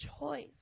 choice